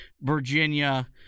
Virginia